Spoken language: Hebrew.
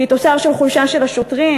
שהיא תוצר של חולשה של השוטרים?